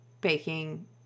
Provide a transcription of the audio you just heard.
baking